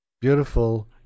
beautiful